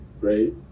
right